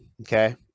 okay